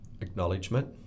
acknowledgement